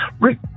Rick